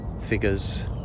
figures